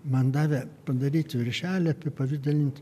man davė padaryt viršelį apipavidalint